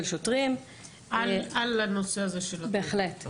שוטרים --- על הנושא הזה של הטרדות,